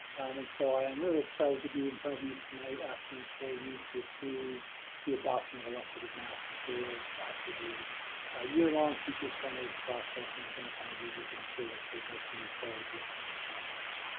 and so i am really excited to be in front of you tonight asking for you to approve the adoption of illustrative math materials after the ah year long teacher centered process in identifying these as the materials they'd like to move forward with in their classrooms.